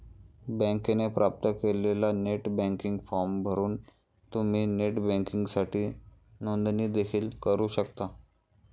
बँकेने प्राप्त केलेला नेट बँकिंग फॉर्म भरून तुम्ही नेट बँकिंगसाठी नोंदणी देखील करू शकता